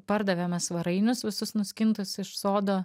pardavėme svarainius visus nuskintus iš sodo